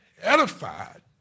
edified